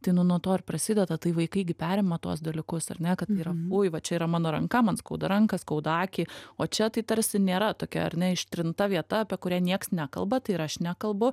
tai nu nuo to ir prasideda tai vaikai gi perima tuos dalykus ar ne kad tai yra fui va čia yra mano ranka man skauda ranką skauda akį o čia tai tarsi nėra tokia ar ne ištrinta vieta apie kurią nieks nekalba tai ir aš nekalbu